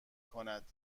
کند